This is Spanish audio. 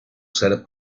ser